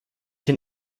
den